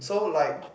so like